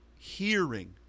hearing